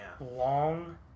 long